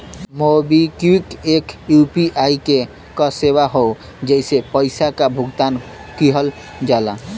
MobiKwik एक UPI क सेवा हौ जेसे पइसा क भुगतान किहल जाला